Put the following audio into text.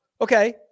Okay